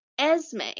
Esme